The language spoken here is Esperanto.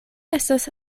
estas